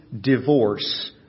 divorce